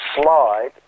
slide